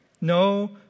No